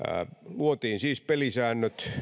luotiin siis pelisäännöt